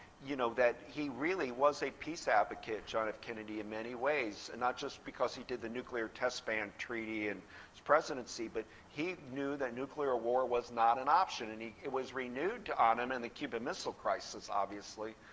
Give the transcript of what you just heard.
you know that he really was a peace advocate, john f. kennedy in many ways, and not just because he did the nuclear test ban treaty in his presidency. but he knew that nuclear war was not an option. and it was renewed on him and the cuban missile crisis, obviously.